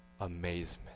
amazement